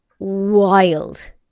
WILD